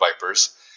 vipers